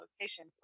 location